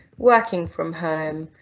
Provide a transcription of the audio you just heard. working from home,